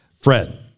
Fred